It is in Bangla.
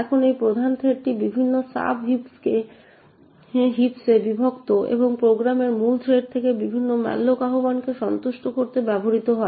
এখন এই প্রধান থ্রেডটি বিভিন্ন সাব হিপসে বিভক্ত এবং প্রোগ্রামের মূল থ্রেড থেকে বিভিন্ন ম্যালোক আহ্বানকে সন্তুষ্ট করতে ব্যবহৃত হয়